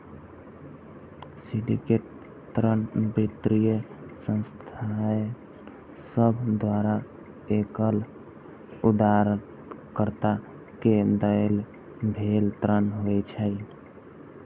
syndicate ऋण वित्तीय संस्थान सभ द्वारा एकल उधारकर्ता के देल गेल ऋण होइ छै